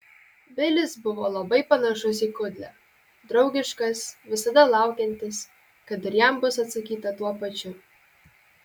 bilis buvo labai panašus į kudlę draugiškas visada laukiantis kad ir jam bus atsakyta tuo pačiu